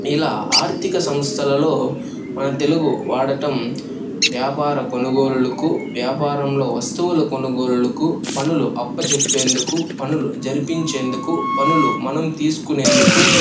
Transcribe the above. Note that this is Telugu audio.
ఇలా ఆర్ధిక సంస్థలలో మనం తెలుగు వాడటం వ్యాపార కొనుగోలులుకు వ్యాపారంలో వస్తువుల కొనుగోలులుకు పనులు అప్పచెప్పేందుకు పనులు జరిపించేందుకు పనులు మనం తీసుకునేందుకు